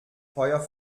feuer